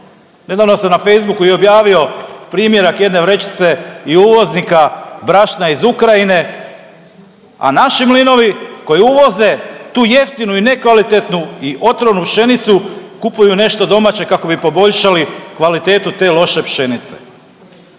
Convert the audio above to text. nedavno sam i na Facebooku i objavio primjerak jedne vrećice i uvoznika brašna iz Ukrajine, a naši mlinovi koji uvoze tu jeftinu i nekvalitetnu i otrovnu pšenicu kupuju nešto domaće kako bi poboljšali kvalitetu te loše pšenice.